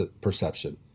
perception